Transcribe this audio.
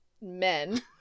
men